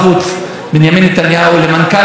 שבעבר גם שימש שגריר באוסטרליה,